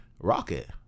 Rocket